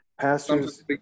Pastors